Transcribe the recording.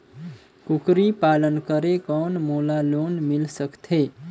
कूकरी पालन करे कौन मोला लोन मिल सकथे?